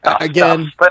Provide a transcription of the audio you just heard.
again